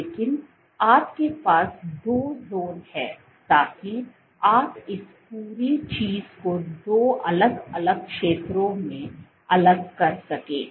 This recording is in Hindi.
लेकिन आपके पास दो ज़ोन हैं ताकि आप इस पूरी चीज़ को दो अलग अलग क्षेत्रों में अलग कर सकें